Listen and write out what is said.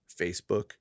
Facebook